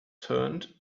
turned